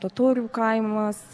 totorių kaimas